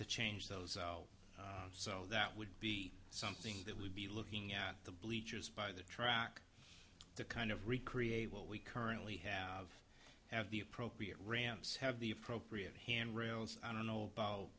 to change those so that would be something that we'd be looking at the bleachers by the track to kind of recreate what we currently have have the appropriate ramps have the appropriate hand rails i don't know about